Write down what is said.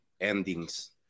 endings